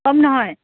কম নহয়